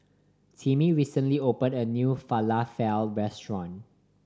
Timmie recently opened a new Falafel Restaurant